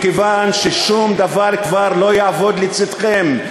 מכיוון ששום דבר כבר לא יעמוד לצדכם.